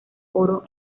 oro